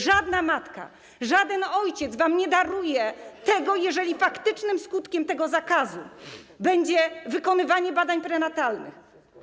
Żadna matka, żaden ojciec wam nie daruje, jeżeli faktycznym skutkiem tego zakazu będzie niewykonywanie badań prenatalnych.